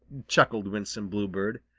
chuckled winsome bluebird,